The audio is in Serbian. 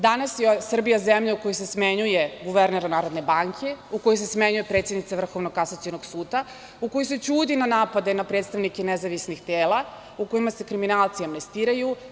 Danas je Srbija zemlja u kojoj se smenjuje guverner Narodne banke, u kojoj se smenjuje predsednica Vrhovnog kasacionog suda, u kojoj se ćuti na napade na predstavnike nezavisnih tela, u kojima se kriminalci amnestiraju.